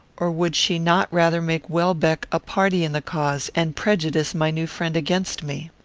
or would she not rather make welbeck a party in the cause, and prejudice my new friend against me?